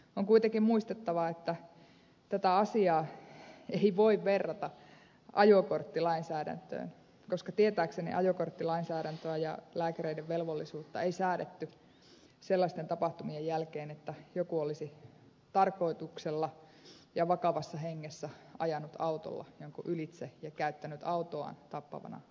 on kuitenkin muistettava että tätä asiaa ei voi verrata ajokorttilainsäädäntöön koska tietääkseni ajokorttilainsäädäntöä ja lääkäreiden velvollisuutta ei säädetty sellaisten tapahtumien jälkeen että joku olisi tarkoituksella ja vakavassa hengessä ajanut autolla jonkun ylitse ja käyttänyt autoaan tappavana aseena